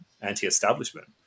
anti-establishment